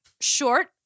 short